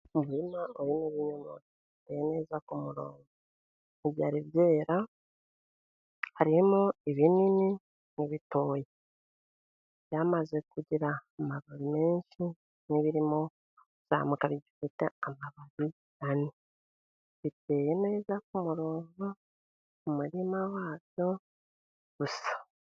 Umurima uteyemo ibinyomoro. Biteye neza ku murongo, ntibyari byera, harimo ibinini n'ibitoya. byamaze kugira amaro menshi, n'ibiri mu izamuka, bifite amababi, biteye neza ku murongo, mu murima wabyo gusa.